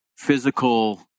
physical